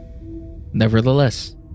Nevertheless